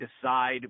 decide